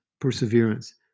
Perseverance